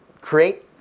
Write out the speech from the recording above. create